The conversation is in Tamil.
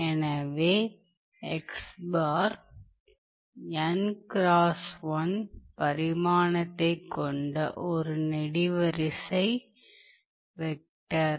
எனவே பரிமாணத்தைக் கொண்ட ஒரு நெடுவரிசை வெக்டர்